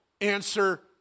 answer